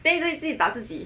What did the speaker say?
then 你在自己打自己